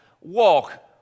walk